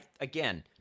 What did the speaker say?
Again